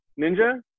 Ninja